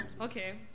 Okay